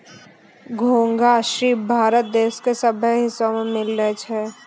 घोंघा, सिप भारत देश के सभ्भे हिस्सा में मिलै छै